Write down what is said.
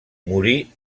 morí